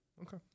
Okay